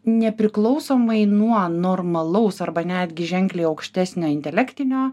nepriklausomai nuo normalaus arba netgi ženkliai aukštesnio intelektinio